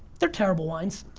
they're terrible wines.